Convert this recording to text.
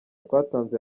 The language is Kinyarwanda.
twatanze